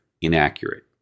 inaccurate